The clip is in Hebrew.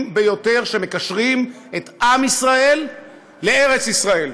ביותר שמקשרים את עם ישראל לארץ ישראל,